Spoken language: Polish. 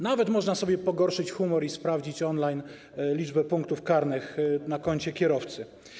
Nawet można sobie pogorszyć humor i sprawdzić on-line liczbę punktów karnych na koncie kierowcy.